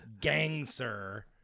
Gangster